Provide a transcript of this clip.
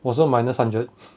wasn't minus hundred